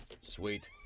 Sweet